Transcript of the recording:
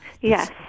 Yes